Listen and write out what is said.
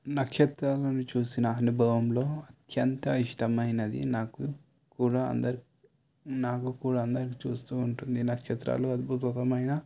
నక్షత్రాలను చూసిన అనుభవంలో ఎంత ఇష్టమైనది నాకు కూడా అందరి నాకు కూడా అందరికి చూస్తూ ఉంటుంది నక్షత్రాలు అద్భుతమైన